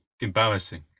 embarrassing